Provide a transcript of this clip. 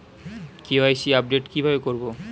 KYC update কি ভাবে করবো?